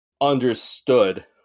understood